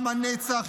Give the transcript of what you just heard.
עם הנצח,